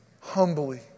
humbly